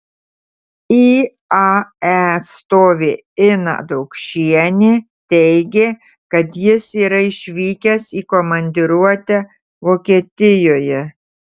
iae atstovė ina daukšienė teigė kad jis yra išvykęs į komandiruotę vokietijoje